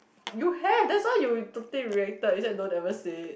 you have that's why you totally related you just don't ever say